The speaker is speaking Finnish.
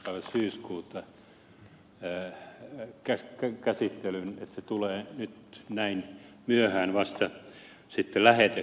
päivä syyskuuta käsittelyyn että se tulee nyt näin myöhään vasta lähetekeskusteluun